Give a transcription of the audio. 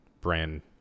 brand